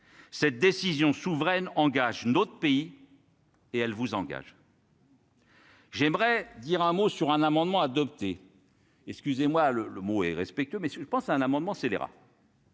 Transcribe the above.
cette décision souveraine engage notre pays et elle vous engage. J'aimerais dire un mot sur un amendement adopté et cusez moi le le mot et respectueux mais ce je pense à un amendement scélérat.